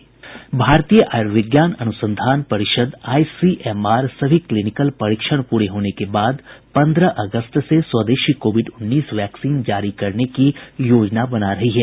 भारतीय आयुर्विज्ञान अनुसंधान परिषद आई सी एम आर सभी क्लीनिकल परीक्षण पूरे होने के बाद पन्द्रह अगस्त से स्वदेशी कोविड उन्नीस वैक्सीन जारी करने की योजना बना रही है